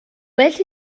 well